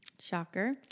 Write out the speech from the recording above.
Shocker